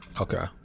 okay